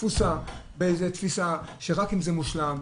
תפוסה באיזה תפיסה שרק אם זה מושלם,